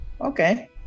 Okay